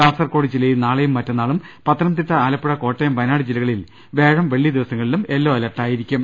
കാസർകോട് ജില്ലയിൽ നാളെയും മറ്റന്നാളും പത്തനംതിട്ട ആലപ്പുഴ കോട്ടയം വയനാട് ജില്ലകളിൽ വ്യാഴം വെള്ളി ദിവസങ്ങളിലും യെല്ലോ അലർട്ട് ആയിരിക്കും